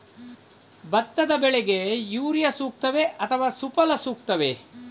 ಭತ್ತದ ಬೆಳೆಗೆ ಯೂರಿಯಾ ಸೂಕ್ತವೇ ಅಥವಾ ಸುಫಲ ಸೂಕ್ತವೇ?